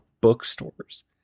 bookstores